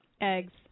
Eggs